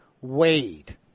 Wade